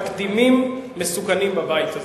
תקדימים מסוכנים בבית הזה.